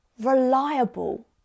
reliable